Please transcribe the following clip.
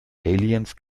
aliens